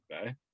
Okay